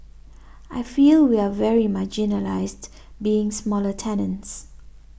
I feel we are very marginalised being smaller tenants